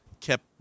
kept